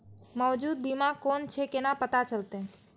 मौजूद बीमा कोन छे केना पता चलते?